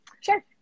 Sure